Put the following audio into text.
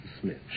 Smith